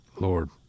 Lord